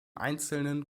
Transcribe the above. einzelnen